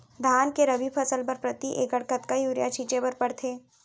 धान के रबि फसल बर प्रति एकड़ कतका यूरिया छिंचे बर पड़थे?